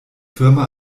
firma